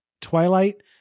Twilight